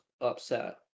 upset